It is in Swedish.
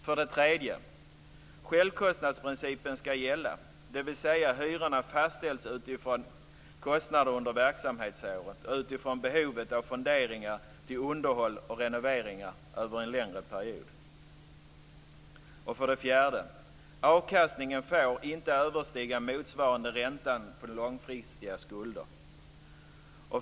För det tredje skall självkostnadsprincipen gälla, dvs. att hyrorna fastställs utifrån kostnader under verksamhetsåret och utifrån behovet av fonderingar till underhåll och renoveringar över en längre period. För det fjärde får avkastningen inte överstiga motsvarande ränta på långfristiga skulder.